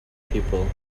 people